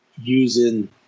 using